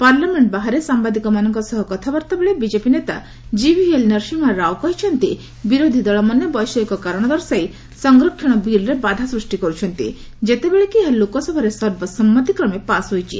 parliament ବାହାରେ ସାମ୍ବାଦିକମାନଙ୍କ ସହ କଥାବାର୍ତ୍ତା ବେଳେ ବିଜେପି ନେତା କିଭିଏଲ୍ ନରସିଂହା ରାଓ କହିଛନ୍ତି ବିରୋଧୀଦଳମାନେ ବୈଷୟିକ କାରଣ ଦର୍ଶାଇ ସଂରକ୍ଷଣ ବିଲ୍ରେ ବାଧା ସୃଷ୍ଟି କରୁଛନ୍ତି ଯେତେବେଳେ କି ଏହା ଲୋକସଭାରେ ସର୍ବସମ୍ମତିକ୍ରମେ ପାସ୍ ହୋଇଛି